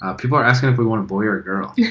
ah people are asking if we want a boy or a girl.